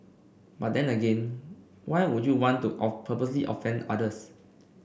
but then again why would you want to of purposely offend others